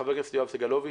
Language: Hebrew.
חבר הכנסת יואב סגלוביץ'.